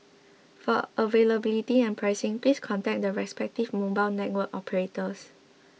for availability and pricing please contact the respective mobile network operators